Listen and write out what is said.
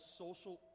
social